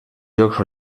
jocs